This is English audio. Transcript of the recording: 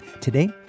Today